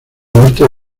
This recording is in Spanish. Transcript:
norte